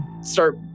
start